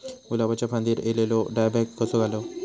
गुलाबाच्या फांदिर एलेलो डायबॅक कसो घालवं?